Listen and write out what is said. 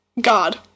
God